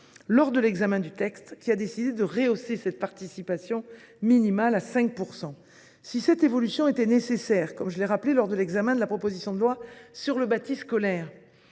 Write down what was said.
cadre de l’examen du texte, cette participation minimale à 5 %. Si une telle évolution était nécessaire, comme je l’ai rappelé lors de l’examen de la proposition de loi sur le bâti scolaire,